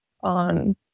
on